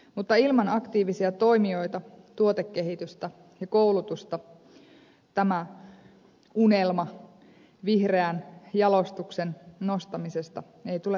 mutta ilman aktiivisia toimijoita tuotekehitystä ja koulutusta tämä unelma vihreän jalostuksen nostamisesta ei tule toteutumaan